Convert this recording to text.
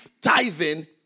Tithing